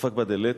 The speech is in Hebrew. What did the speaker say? דפק בדלת,